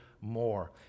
more